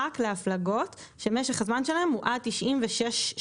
רק להפלגות שמשך הזמן שלהם הוא עד 96 שעות,